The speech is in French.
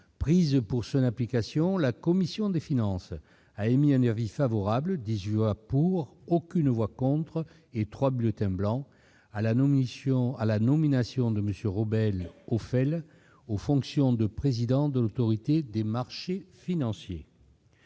prises pour son application, la commission des finances a émis un avis favorable- 18 voix pour, aucune voix contre et 3 bulletins blancs -à la nomination de M. Robert Ophèle aux fonctions de président de l'Autorité des marchés financiers.